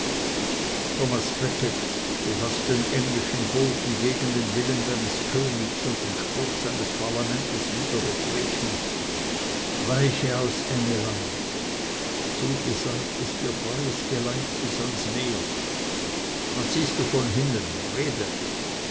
du hast den englischen boden gegen den willen deines königs und den spruch seines parlamentes wieder betreten weiche aus engelland zugesagt ist dir freies geleit bis ans meer wann ziehst du von hinnen rede